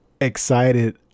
excited